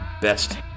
best